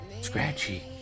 Scratchy